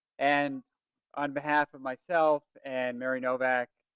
and on behalf of myself and mary novak,